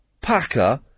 packer